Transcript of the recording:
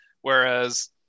Whereas